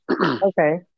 Okay